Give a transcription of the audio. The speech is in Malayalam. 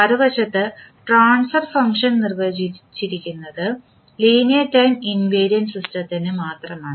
മറുവശത്ത് ട്രാൻസ്ഫർ ഫംഗ്ഷൻ നിർവചിച്ചിരിക്കുന്നത് ലീനിയർ ടൈം ഇൻവേരിയൻറെ സിസ്റ്റത്തിന് മാത്രമാണ്